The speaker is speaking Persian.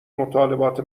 مطالبات